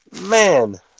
Man